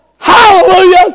Hallelujah